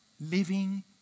Living